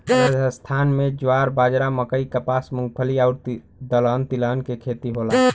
राजस्थान में ज्वार, बाजरा, मकई, कपास, मूंगफली आउर दलहन तिलहन के खेती होला